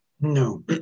No